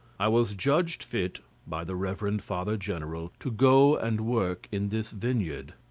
i was judged fit by the reverend father-general to go and work in this vineyard.